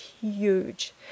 huge